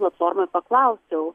platformoj paklausiau